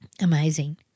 Amazing